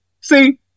See